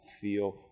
feel